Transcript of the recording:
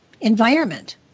environment